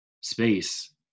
space